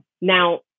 Now